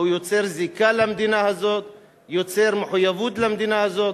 והוא יוצר זיקה למדינה הזאת ומחויבות למדינה הזאת.